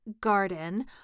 garden